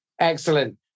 Excellent